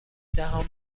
دهان